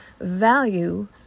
value